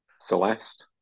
Celeste